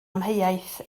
amheuaeth